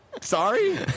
sorry